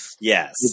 Yes